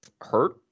hurt